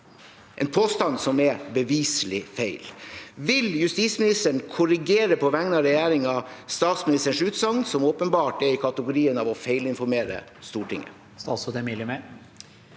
en påstand som er beviselig feil. Vil justisministeren på vegne av regjeringen korrigere statsministerens utsagn, som åpenbart er i kategorien for å feilinformere Stortinget? Statsråd Emilie Mehl